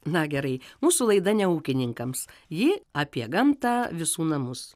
na gerai mūsų laida ne ūkininkams ji apie gamtą visų namus